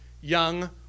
young